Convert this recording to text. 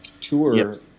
tour